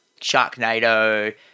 Sharknado